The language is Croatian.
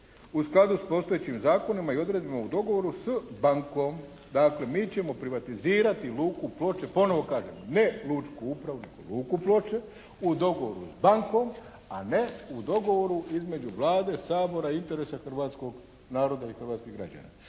u skladu s postojećim zakonima i odredbama u dogovoru s bankom". Dakle mi ćemo privatizirati luku Ploče. Ponovo kažem, ne lučku upravu nego luku Ploče u dogovoru s bankom a ne u dogovoru između Vlade, Sabora, interesa hrvatskog naroda i hrvatskih građana.